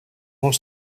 vont